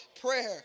prayer